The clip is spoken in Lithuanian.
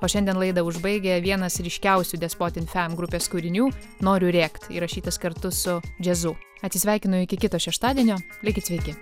o šiandien laidą užbaigia vienas ryškiausių despotin fam grupės kūrinių noriu rėkt įrašytas kartu su džiazu atsisveikino iki kito šeštadienio likit sveiki